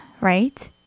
right